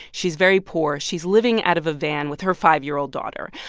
she's very poor. she's living out of a van with her five year old daughter.